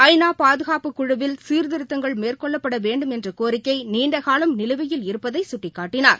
ஐ நா பாதுகாப்புக் குழுவில் சீர்திருத்தங்கள் மேற்கொள்ளப்பட வேண்டும் என்ற கோரிக்கை நீண்டகாலம் நிலுவையில் இருப்பதை சுட்டிக்காட்டினார்